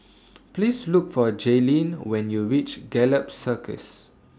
Please Look For Jaylin when YOU REACH Gallop Circus